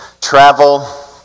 travel